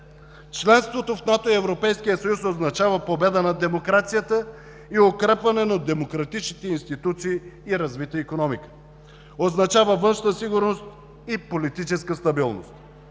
Членството в НАТО и в Европейския съюз означава победа на демокрацията, укрепване на демократичните институции и развита икономика; означава външна сигурност и политическа стабилност,